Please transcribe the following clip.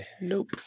Nope